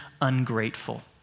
ungrateful